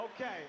Okay